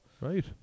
right